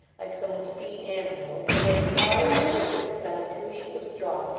like some obscene animals, in their squalor and wickedness on the two heaps of straw,